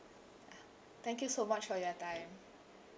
thank you so much for your time